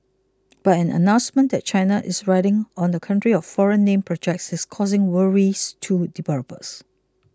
but an announcement that China is ridding on the country of foreign name projects is causing worries to developers